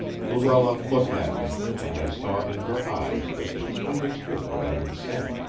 luella looked at me, and i saw in her eyes that she understood what i would say.